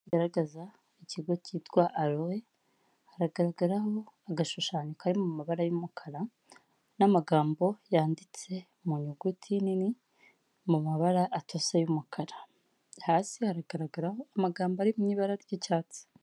Agaragaza ikigo cyitwa arowe, hagaragaraho agashushanyo kari mu mabara y'umukara, n'amagambo yanditse mu nyuguti nini mu mabara atose y'umukara hasi hagaragara amagambo ari mu ibara ry'icyatsi.